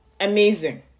amazing